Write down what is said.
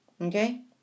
Okay